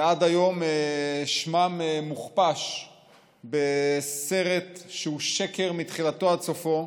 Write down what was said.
ועד היום שמם מוכפש בסרט שהוא שקר מתחילתו עד סופו,